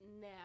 Now